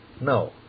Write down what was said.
No